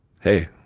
hey